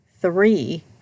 three